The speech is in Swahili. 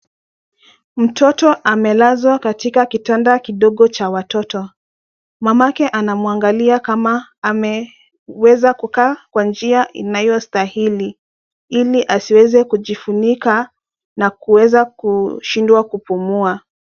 Mtoto amelazwa katika kitanda kidogo cha watoto. Mamake anamuangalia kama ameweza kukaa kwa njia inayostahili ili asiweze kujifunika na kuweza kushindwa kupumua.